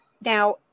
Now